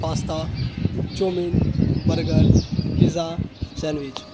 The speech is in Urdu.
pasta chowmein burger pizza sandwich